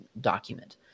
document